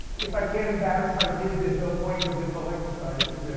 if i can't embarrass my kids there's no point of this whole exercise is there?